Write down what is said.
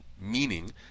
meaning